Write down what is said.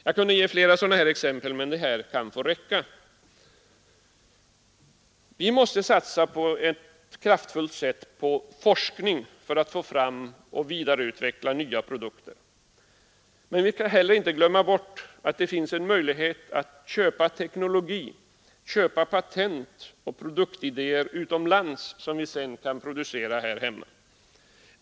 Jag kunde ge: flera sådana exempel, men dessa får räcka i det här sammanhanget. Vi måste mera kraftfullt satsa på forskning för att få fram och vidareutveckla nya produkter. Men vi skall heller inte glömma att det finns en möjlighet att köpa teknologi, patent och produktidéer utomlands, som vi sedan kan utnyttja för produktion här hemma.